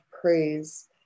praise